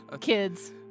Kids